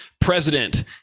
president